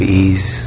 ease